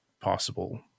possible